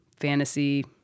fantasy